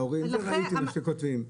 ראיתי מה כותבים.